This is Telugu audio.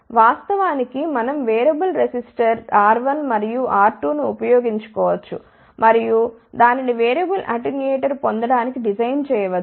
వాస్తవానికి మనం వేరియబుల్ రెసిస్టర్ R1 మరియు R2ను ఉపయోగించవచ్చు మరియు దానిని వేరియబుల్ అటెన్యూయేటర్ పొందటానికి డిజైన్ చేయవచ్చు